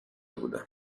بودم